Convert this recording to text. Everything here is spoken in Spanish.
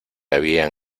habían